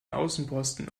außenposten